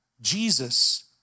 Jesus